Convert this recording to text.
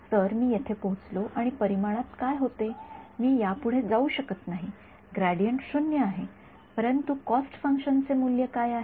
तर मी येथे पोचलो आणि परिमाणात काय होते मी यापुढे जाऊ शकत नाही ग्रेडियंट 0 आहे परंतु कॉस्ट फंक्शनचे मूल्य काय आहे